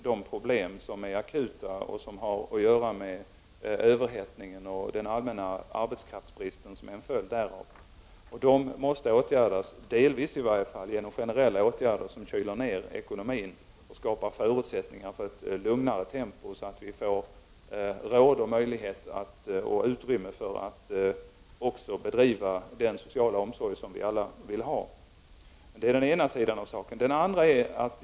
De problem som är akuta och som har att göra med överhettningen och den allmänna arbetskraftsbrist som är en följd därav måste, i varje fall delvis, åtgärdas genom generella insatser som kyler ned ekonomin och skapar förutsättningar för ett lugnare tempo, så att vi får råd, möjlighet och utrymme att bedriva också den sociala omsorg som vi alla vill ha. Det är den ena sidan av saken. Så till den andra.